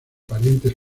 parientes